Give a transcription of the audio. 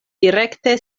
direkte